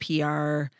PR